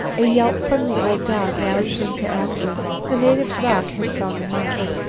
a yelp from the old dog roused him to action. the native's rock had found a mark.